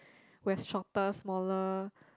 where shortest smaller